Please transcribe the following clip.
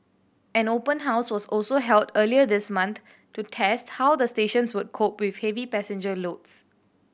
an open house was also held earlier this month to test how the stations would cope with heavy passenger loads